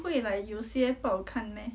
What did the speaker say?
不会 like 有些不好看 meh